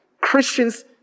Christians